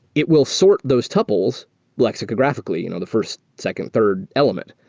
it will sort those tuples lexicographically, you know the first, second, third element.